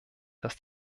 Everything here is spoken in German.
dass